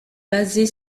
basée